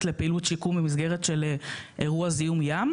לפעילות שיקום במסגרת של אירוע זיהום ים,